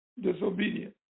disobedient